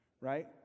right